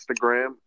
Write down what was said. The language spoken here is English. Instagram